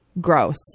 Gross